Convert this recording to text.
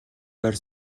байр